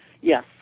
Yes